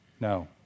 No